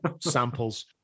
samples